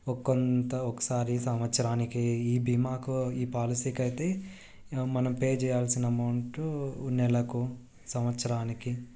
ఓ కొంత ఒకసారి సంవత్సరానికి ఈ భీమాకు ఈ పాలసీకైతే మనం పే చేయాల్సిన అమౌంట్ నెలకు సంవత్సరానికి